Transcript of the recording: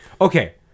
Okay